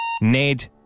Ned